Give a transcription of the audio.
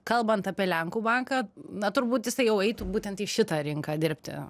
kalbant apie lenkų banką na turbūt jisai jau eitų būtent į šitą rinką dirbti